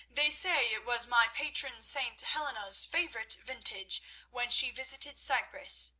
they say it was my patron st. helena's favourite vintage when she visited cyprus,